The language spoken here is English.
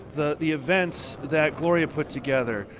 the the events that gloria put together,